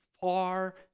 far